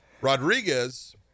Rodriguez